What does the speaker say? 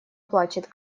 плачет